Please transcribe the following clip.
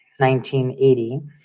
1980